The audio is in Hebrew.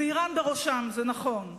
ואירן בראשם, זה נכון,